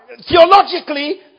theologically